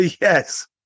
yes